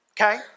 Okay